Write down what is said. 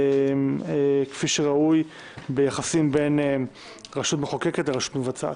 כפי שראוי ביחסים בין רשות מחוקקת לרשות מבצעת.